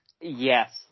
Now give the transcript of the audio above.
Yes